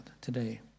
today